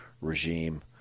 regime